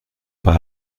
pas